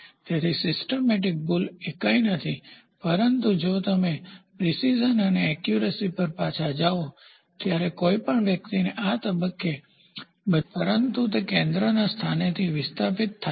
તેથી સિસ્ટમેટિકપ્રણાલીગત ભૂલ એ કંઈ નથી પરંતુ જો તમે પ્રીસીઝન અને એક્યુરેસી પર પાછા જાઓ ત્યારે કોઈ પણ વ્યક્તિને આ તબક્કે બધા ગોળીઓ ચલાવવા પ્રયાસ કરી રહ્યાં છે તે ખૂબ જ સચોટ છે પરંતુ તે કેન્દ્રના સ્થાનેથી વિસ્થાપિત થાય છે